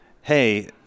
hey